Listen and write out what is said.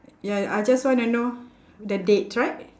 ya I just want to know the date right